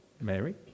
Mary